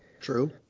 True